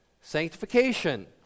sanctification